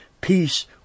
peace